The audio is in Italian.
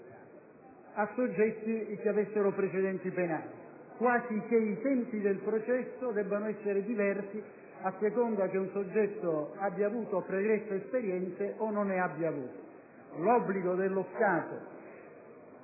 a soggetti che avessero precedenti penali, quasi che i tempi del processo debbano essere diversi a seconda che un soggetto abbia avuto o meno pregresse esperienze. L'obbligo dello Stato